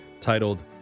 titled